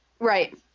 Right